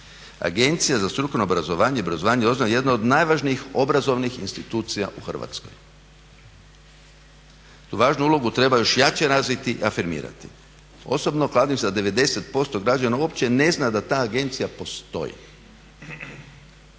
Agencija za strukovno obrazovanje i obrazovanje odraslih jedna je od najvažnijih obrazovnih institucija u Hrvatskoj. Tu važnu ulogu treba još jače razviti i afirmirati. Osobno … da 90% građana uopće ne zna da ta agencija postoji.